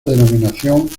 denominación